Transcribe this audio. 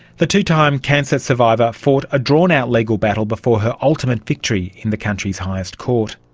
the two-time cancer survivor fought a drawn-out legal battle before her ultimate victory in the country's highest court.